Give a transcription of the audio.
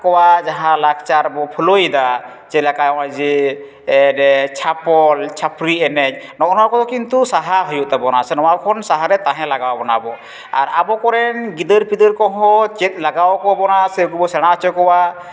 ᱠᱚᱣᱟᱜ ᱡᱟᱦᱟᱸ ᱞᱟᱠᱪᱟᱨ ᱵᱚ ᱯᱷᱳᱞᱳᱭᱮᱫᱟ ᱡᱮᱞᱮᱠᱟ ᱱᱚᱜᱼᱚᱭ ᱡᱮ ᱪᱷᱟᱯᱚᱞ ᱪᱷᱟᱹᱯᱨᱤ ᱮᱱᱮᱡ ᱱᱚᱜᱼᱚ ᱱᱟ ᱠᱚ ᱠᱤᱱᱛᱩ ᱥᱟᱦᱟ ᱦᱩᱭᱩᱜ ᱛᱟᱵᱚᱱᱟ ᱥᱮ ᱱᱚᱣᱟ ᱠᱷᱚᱱ ᱥᱟᱦᱟᱨᱮ ᱛᱟᱦᱮᱸ ᱞᱟᱜᱟᱣ ᱵᱚᱱᱟ ᱟᱵᱚ ᱟᱨ ᱟᱵᱚ ᱠᱚᱨᱮᱱ ᱜᱤᱫᱟᱹᱨᱼᱯᱤᱫᱟᱹᱨ ᱠᱚᱦᱚᱸ ᱪᱮᱫ ᱞᱟᱜᱟᱣ ᱠᱚ ᱵᱚᱱᱟ ᱥᱮ ᱨᱩ ᱵᱚ ᱥᱮᱬᱟ ᱦᱚᱪᱚ ᱠᱚᱣᱟ